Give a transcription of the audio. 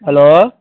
hello